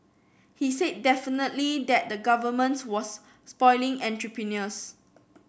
he said definitively that the Governments was spoiling entrepreneurs